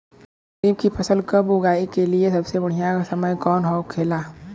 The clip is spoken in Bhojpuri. खरीफ की फसल कब उगाई के लिए सबसे बढ़ियां समय कौन हो खेला?